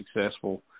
successful